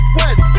west